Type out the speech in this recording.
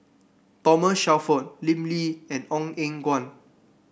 Thomas Shelford Lim Lee and Ong Eng Guan